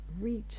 reach